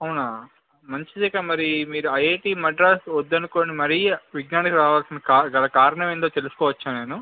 అవునా మంచిదేగా మరి మీరు ఐఐటి మడ్రాస్ వద్దనుకొని మరీ విజ్ఞాన్కి రావాల్సిన కా గల కారణం ఏంటో తెలుసుకోవచ్చా నేను